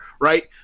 right